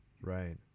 Right